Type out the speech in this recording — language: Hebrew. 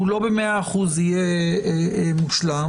שלא יהיה מושלם במאה אחוזים.